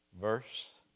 verse